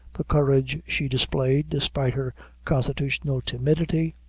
the courage she displayed, despite her constitutional timidity,